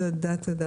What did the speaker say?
תודה, תודה.